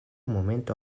momento